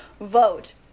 vote